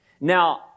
Now